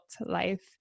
life